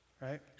Right